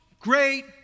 great